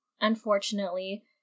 unfortunately